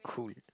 cool